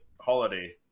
holiday